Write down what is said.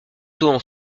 bientôt